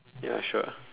ya sure